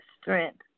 strength